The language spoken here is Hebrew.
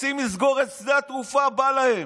רוצים לסגור את שדה התעופה, בא להם.